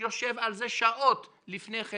יושב על זה שעות לפני כן,